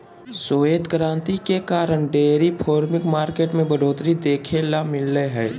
श्वेत क्रांति के कारण डेयरी फार्मिंग मार्केट में बढ़ोतरी देखे ल मिललय हय